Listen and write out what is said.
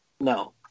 No